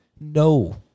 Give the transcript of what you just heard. no